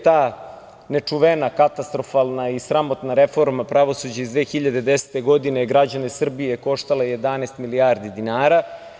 Ta nečuvena, katastrofalna i sramotna reforma pravosuđa iz 2010. godine je građane Srbije koštala 11 milijardi dinara.